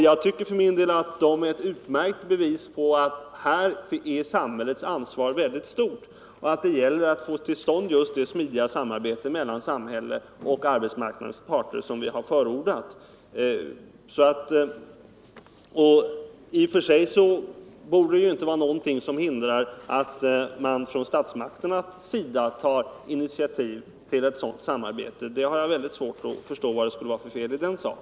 Jag tycker att de är ett bevis på att samhällets ansvar här är väldigt stort och att det gäller att få till stånd det smidiga samarbete mellan samhället och arbetsmarknadens parter som vi har förordat. I och för sig borde ingenting hindra att statsmakterna tar initiativ till ett sådant samarbete. Jag har väldigt svårt att förstå vad det skulle vara för fel i det.